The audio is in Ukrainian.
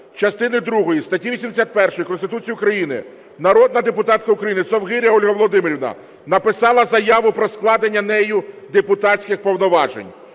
частини другої статті 81 Конституції України народна депутатка України Совгиря Ольга Володимирівна написала заяву про складення нею депутатських повноважень.